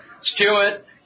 Stewart